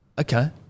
Okay